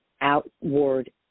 outward